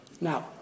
Now